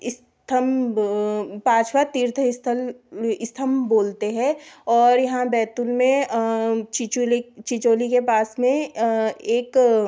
स्तम्भ पाँचवा तीर्थ इस्थल स्तम्भ बोलते हैं और यहाँ बैतुल में चिचुलिक चिचोली के पास में एक